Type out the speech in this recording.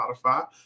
Spotify